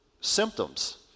Symptoms